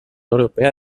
europea